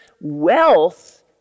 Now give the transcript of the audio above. wealth